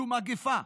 זה מגפה,